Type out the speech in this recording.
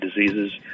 diseases